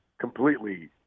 completely